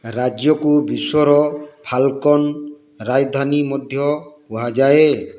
ରାଜ୍ୟକୁ ବିଶ୍ୱର ଫାଲକନ ରାଜଧାନୀ ମଧ୍ୟ କୁହାଯାଏ